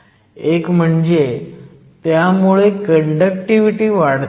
एक म्हणजे त्यामूळे कंडक्टिव्हिटी वाढते